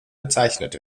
bezeichnet